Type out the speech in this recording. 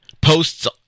posts